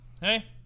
hey